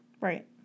Right